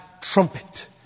trumpet